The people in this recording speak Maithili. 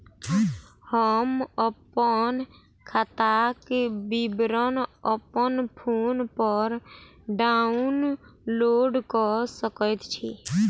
हम अप्पन खाताक विवरण अप्पन फोन पर डाउनलोड कऽ सकैत छी?